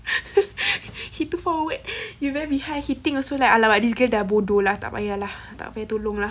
he too forward you very behind he think also like !alamak! this girl dah bodoh lah tak payah ya lah tak payah ah